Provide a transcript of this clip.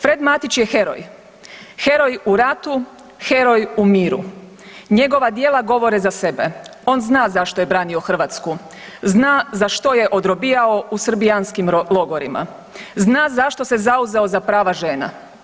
Fred Matić je heroj, heroj u ratu, heroj u miru, njegova djela govore za sebe, on zna za što je branio Hrvatsku, zna za što je odrobijao u srbijanskim logorima, zna zašto se zauzeo za prava žena.